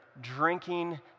drinking